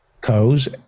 Co's